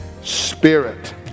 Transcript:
spirit